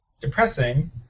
Depressing